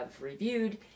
reviewed